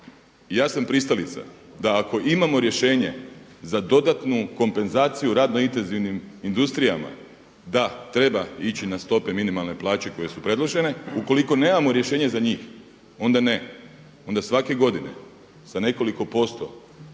ja sam pristalica da ako imamo rješenje za dodatnu kompenzaciju radno intenzivnim industrijama da treba ići na stope minimalne plaće koje su predložene, ukoliko nemamo rješenje za njih onda ne. Onda svake godine sa nekoliko posto,